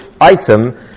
item